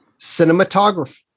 cinematography